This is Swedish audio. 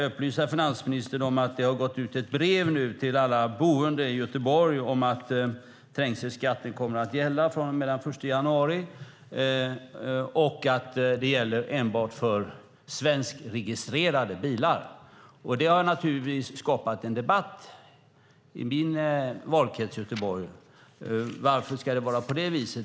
Det har gått ut ett brev till alla boende i Göteborg om att trängselskatten kommer att gälla från och med den 1 januari, och att den gäller enbart svenskregistrerade bilar. Det har naturligtvis skapat en debatt i min valkrets Göteborg om varför det ska vara så.